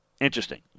Interesting